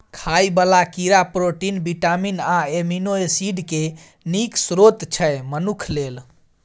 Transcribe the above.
खाइ बला कीड़ा प्रोटीन, बिटामिन आ एमिनो एसिड केँ नीक स्रोत छै मनुख लेल